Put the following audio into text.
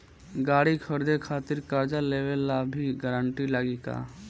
गाड़ी खरीदे खातिर कर्जा लेवे ला भी गारंटी लागी का?